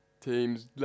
teams